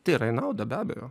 tikrai yra į naudą be abejo